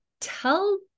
tell